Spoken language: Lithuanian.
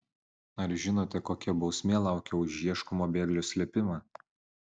ar žinote kokia bausmė laukia už ieškomo bėglio slėpimą